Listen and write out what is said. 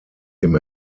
dem